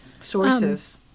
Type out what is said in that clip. sources